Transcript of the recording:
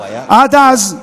עד אז,